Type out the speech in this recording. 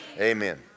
Amen